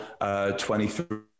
23